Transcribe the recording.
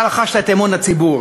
אתה רכשת את אמון הציבור,